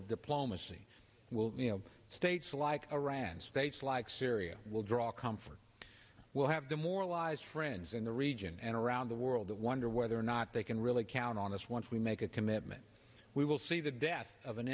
of diplomacy will states like iran states like syria will draw comfort will have demoralized friends in the region and around the world that wonder whether or not they can really count on us once we make a commitment we will see the death of an